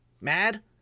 mad